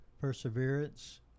perseverance